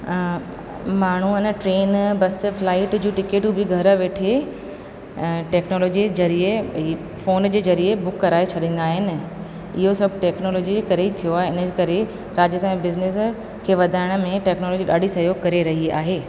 माण्हू अञा ट्रेन बसि फ्लाईट जूं टिकेटूं बि घरि वेठे टेक्नोलॉजी जे ज़रिए भई फोन जे ज़रिए बुक कराए छॾींदा आहिनि इहो सभु टेक्नोलॉजी जे करे थियो आहे हिनजे करे राजस्थान बिज़नस खे वधाइण में टेक्नोलॉजी ॾाढी सहयोग करे रही आहे